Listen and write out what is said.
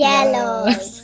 Yellows